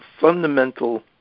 fundamental